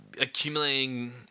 accumulating